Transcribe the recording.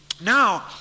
Now